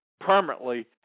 permanently